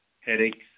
headaches